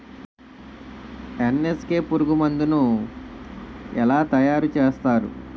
NSK పురుగు మందు ను ఎలా తయారు చేస్తారు?